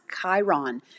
Chiron